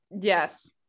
Yes